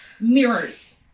mirrors